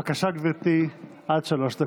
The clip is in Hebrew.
בבקשה, גברתי, עד שלוש דקות.